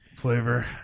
Flavor